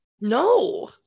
No